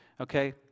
okay